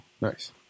Nice